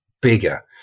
bigger